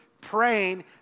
praying